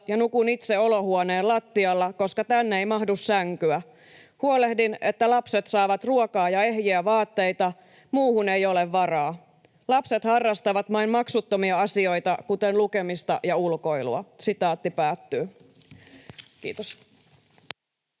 ja nukun itse olohuoneen lattialla, koska tänne ei mahdu sänkyä. Huolehdin, että lapset saavat ruokaa ja ehjiä vaatteita, muuhun ei ole varaa. Lapset harrastavat vain maksuttomia asioita, kuten lukemista ja ulkoilua.” — Kiitos.